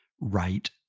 right